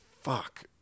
fuck